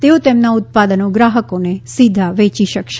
તેઓ તેમના ઉત્પાદનો ગ્રાહકોને સીધા વેચી શકશે